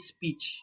Speech